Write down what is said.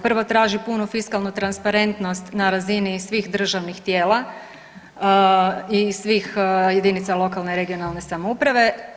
Prvo traži punu fiskalnu transparentnost na razini svih državnih tijela i svih jedinice lokalne i regionalne samouprave.